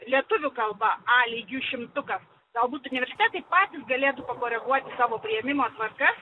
lietuvių kalba a lygiu šimtukas galbūt universitetai patys galėtų pakoreguoti savo priėmimo tvarkas